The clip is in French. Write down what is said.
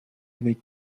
avec